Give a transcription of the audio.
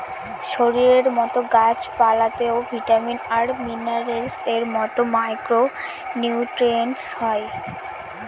শরীরের মতো গাছ পালতেও ভিটামিন আর মিনারেলস এর মতো মাইক্র নিউট্রিয়েন্টস দিতে হয়